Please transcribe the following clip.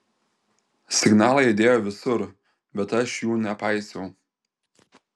signalai aidėjo visur bet aš jų nepaisiau